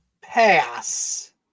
pass